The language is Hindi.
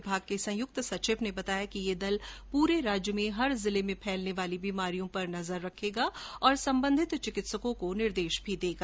विभाग के संयुक्त सचिव ने बताया कि ये दल पूरे राज्य में हर जिले में फैलने वाली बीमारियों पर नजर रखेगा और संबंधित चिकित्सकों को निर्देश देगा